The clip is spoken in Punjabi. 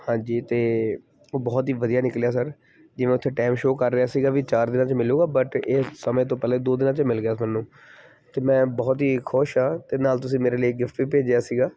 ਹਾਂਜੀ ਅਤੇ ਉਹ ਬਹੁਤ ਹੀ ਵਧੀਆ ਨਿਕਲਿਆ ਸਰ ਜਿਵੇਂ ਉੱਥੇ ਟਾਈਮ ਸ਼ੋ ਕਰ ਰਿਹਾ ਸੀਗਾ ਵੀ ਚਾਰ ਦਿਨਾਂ 'ਚ ਮਿਲੂਗਾ ਬਟ ਇਹ ਸਮੇਂ ਤੋਂ ਪਹਿਲਾਂ ਦੋ ਦਿਨਾਂ 'ਚ ਮਿਲ ਗਿਆ ਸਾਨੂੰ ਅਤੇ ਮੈਂ ਬਹੁਤ ਹੀ ਖੁਸ਼ ਹਾਂ ਅਤੇ ਨਾਲ ਤੁਸੀਂ ਮੇਰੇ ਲਈ ਗਿਫਟ ਵੀ ਭੇਜਿਆ ਸੀਗਾ